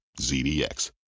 ZDX